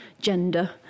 gender